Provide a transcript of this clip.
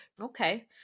Okay